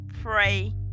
pray